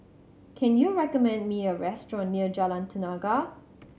can you recommend me a restaurant near Jalan Tenaga